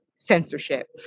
censorship